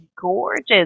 gorgeous